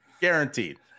guaranteed